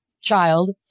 child